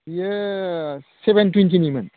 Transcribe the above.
बियो सेभेन टुवेन्टिनिमोन